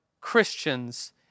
Christians